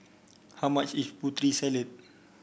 how much is Putri Salad